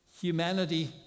Humanity